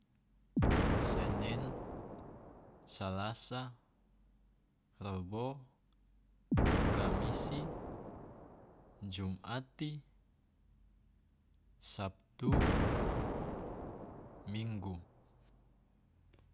Senen, salasa, robo, kamisi, jumati, sabtu, minggu.